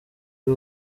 ari